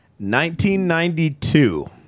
1992